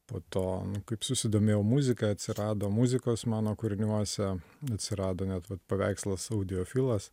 po to kaip susidomėjau muzika atsirado muzikos mano kūriniuose atsirado net vat paveikslas audiofilas